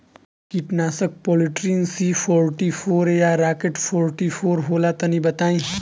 कीटनाशक Polytrin C forty four या rocket forty four होला तनि बताई?